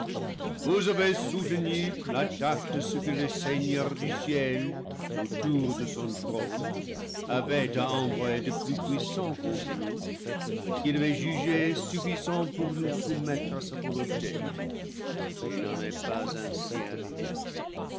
l'attaque de ce que le seigneur du ciel d'autour de son trône avait à envoyer de plus puissant contre nous ce qu'il avait jugé suffisant pour nous soumettre à sa volonté il n'en est pas ainsi arrivé